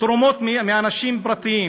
תרומות מאנשים פרטיים